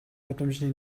гудамжны